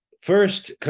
first